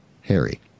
Harry